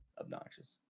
obnoxious